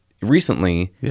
recently